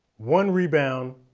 one rebound,